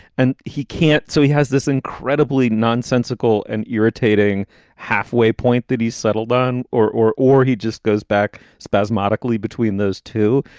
and he can't. so he has this incredibly nonsensical and irritating halfway point that he's settled on. or or he just goes back spasmodically between those two.